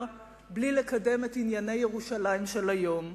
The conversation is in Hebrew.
בלי לקדם את ענייני ירושלים של היום,